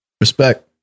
respect